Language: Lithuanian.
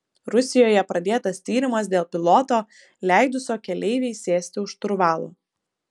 rusijoje pradėtas tyrimas dėl piloto leidusio keleivei sėsti už šturvalo